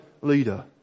leader